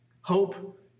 Hope